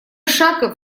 шаг